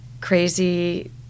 crazy